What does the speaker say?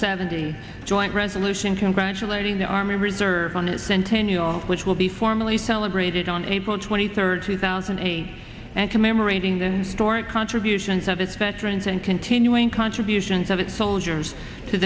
seventy joint resolution congratulating the army reserves on its centennial which will be formally celebrated on april twenty third two thousand and eight and commemorating then store it contributions of its veterans and continuing contributions of its soldiers to